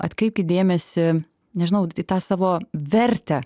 atkreipkit dėmesį nežinau tą savo vertę